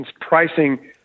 pricing